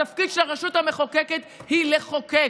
התפקיד של הרשות המחוקקת הוא לחוקק.